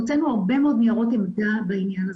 הוצאנו הרבה מאוד ניירות עמדה בעניין הזה.